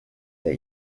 that